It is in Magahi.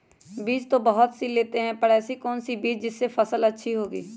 बीज तो बहुत सी लेते हैं पर ऐसी कौन सी बिज जिससे फसल अच्छी होगी?